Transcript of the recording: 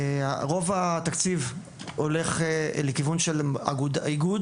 רוב התקציב הולך לכיוון של איגוד,